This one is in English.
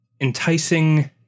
enticing